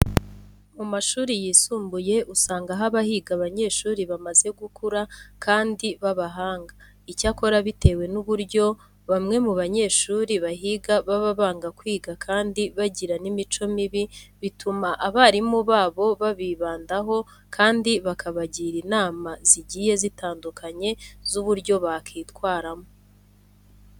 Mu mashuri yisumbuye usanga haba higa abanyeshuri bamaze gukura kandi b'abahanga. Icyakora bitewe n'uburyo bamwe mu banyeshuri bahiga baba banga kwiga kandi bagira n'imico mibi, bituma abarimu babo babibandaho kandi bakabagira inama zigiye zitandukanye z'uburyo bakwitwaramo.